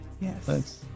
yes